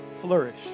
flourish